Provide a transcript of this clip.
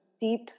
deep